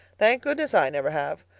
thank goodness, i never have.